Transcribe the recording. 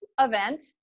event